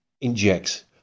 injects